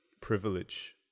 privilege